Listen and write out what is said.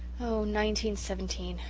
oh, nineteen-seventeen,